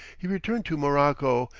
he returned to morocco,